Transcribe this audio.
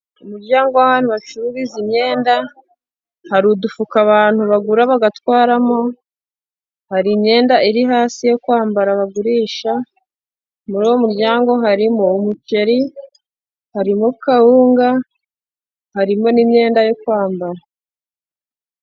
Umuryango w'ahantu bacururiza imyenda, hari udufuka abantu bagura bagatwaramo, hari imyenda iri hasi yo kwambara abagurisha muri uwo muryango, harimo umuceri, hari kawunga, harimo n'imyenda yo kwambara.